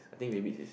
I think baby is